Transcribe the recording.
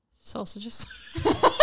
Sausages